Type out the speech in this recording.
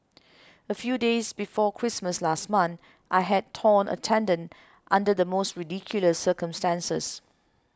a few days before Christmas last month I had torn a tendon under the most ridiculous circumstances